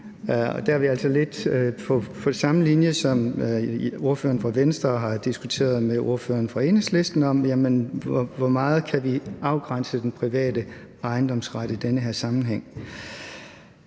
Der er vi altså lidt på samme linje som ordføreren for Venstre og har diskuteret med ordføreren fra Enhedslisten, hvor meget vi kan afgrænse den private ejendomsret i den her sammenhæng.